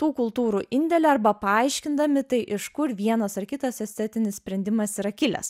tų kultūrų indėlį arba paaiškindami tai iš kur vienas ar kitas estetinis sprendimas yra kilęs